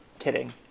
Kidding